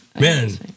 Man